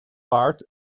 paard